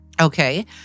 Okay